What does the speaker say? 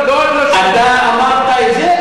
לא רק שאתה לא שומע, אתה אמרת את זה.